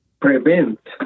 prevent